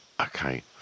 Okay